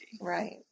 Right